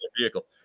vehicle